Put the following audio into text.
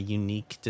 unique